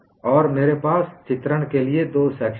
और मेरे पास चित्रण के लिए दो सेक्शन हैं